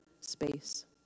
space